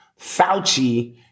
Fauci